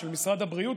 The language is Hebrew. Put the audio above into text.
של משרד הבריאות,